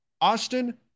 Austin